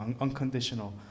unconditional